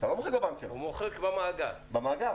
הוא מוחק במאגר.